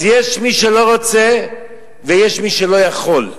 אז יש מי שלא רוצה ויש מי שלא יכול,